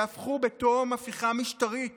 שהפכו בתום הפיכה משטרית